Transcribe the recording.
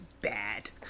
bad